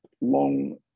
long